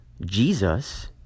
Jesus